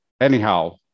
anyhow